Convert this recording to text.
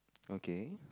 okay